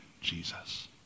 Jesus